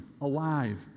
alive